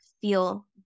feel